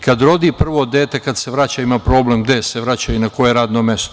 Kada rodi prvo dete, kada se vraća ima problem gde se vraća i na koje radno mesto.